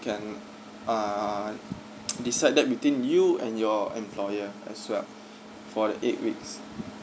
can uh decide that between you and your employer as well for the eight weeks